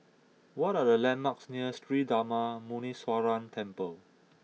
what are the landmarks near Sri Darma Muneeswaran Temple